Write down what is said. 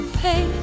pay